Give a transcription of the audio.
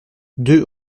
deux